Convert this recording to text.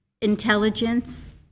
intelligence